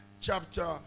chapter